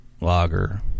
lager